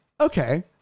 Okay